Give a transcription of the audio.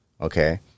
okay